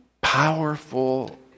powerful